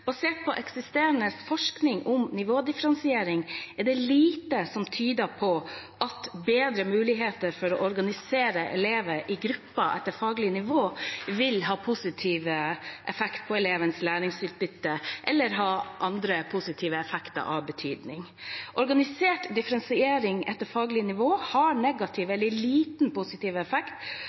Basert på eksisterende forskning om nivådifferensiering er det lite som tyder på at bedre muligheter for å organisere elever i grupper etter faglig nivå vil ha positiv effekt på elevenes læringsutbytte eller ha andre positive effekter av betydning. Organisert differensiering etter faglig nivå har negativ eller liten positiv effekt